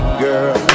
girl